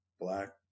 black